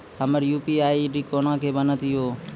हमर UPI ID कोना के बनत यो?